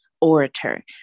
orator